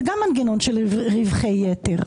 זה גם מנגנון של רווחי יתר.